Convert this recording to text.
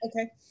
Okay